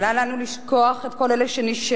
אבל אל לנו לשכוח את כל אלה שנשארו,